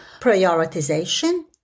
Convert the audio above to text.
prioritization